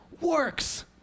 works